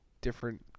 different